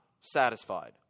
satisfied